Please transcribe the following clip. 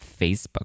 Facebook